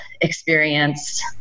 experience